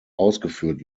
ausgeführt